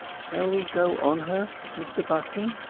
shall we go on her, mr button?